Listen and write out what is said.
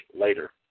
later